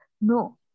No